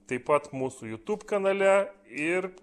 taip pat mūsų jutub kanale ir